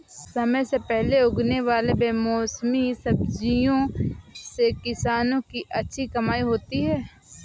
समय से पहले उगने वाले बेमौसमी सब्जियों से किसानों की अच्छी कमाई होती है